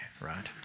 right